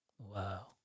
Wow